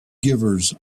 givers